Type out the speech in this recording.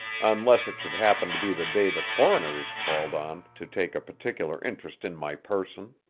unless it should happen to be the day the coroner is called on to take a particular interest in my person.